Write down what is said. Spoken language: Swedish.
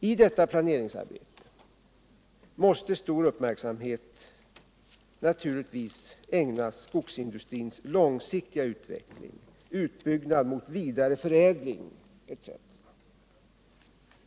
I detta planeringsarbete måste stor uppmärksamhet naturligtvis ägnas skogsindustrins långsiktiga utveckling, utbyggnad mot vidareförädling etc.